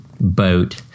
boat